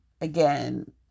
again